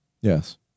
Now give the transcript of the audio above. Yes